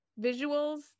visuals